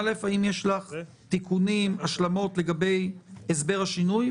א', האם יש לך תיקונים והשלמות לגבי הסבר השינוי?